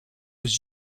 was